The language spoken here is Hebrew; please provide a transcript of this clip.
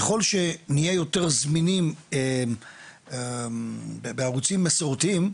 ככל שנהיה יותר זמינים בערוצים מסורתיים,